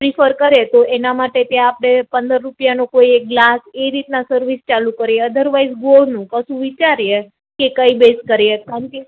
prefer કરે તો એના માટે ત્યાં આપડે પંદર રૂપિયાનો કોઈ એક ગ્લાસ એ રીતના સર્વિસ ચાલુ કરીએ અધરવાઇસ ગોળનું કશું વિચારીએ કે કઈ બેઈઝ કરીએ કારણકે